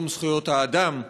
יום זכויות האדם,